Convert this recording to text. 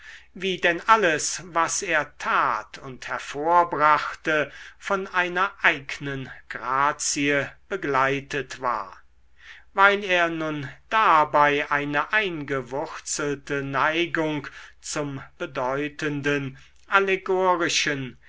wie denn alles was er tat und hervorbrachte von einer eignen grazie begleitet war weil er nun dabei eine eingewurzelte neigung zum bedeutenden